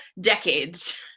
decades